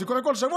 שקודם כול זה שלו,